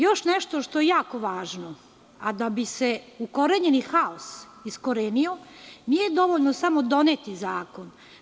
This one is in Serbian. Još nešto što je jako važno, a da bi se ukorenjeni haos iskorenio, nije dovoljno samo doneti zakon.